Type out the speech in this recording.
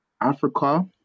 Africa